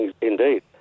Indeed